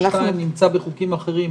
ו-(2) נמצאים בחוקים אחרים,